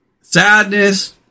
Sadness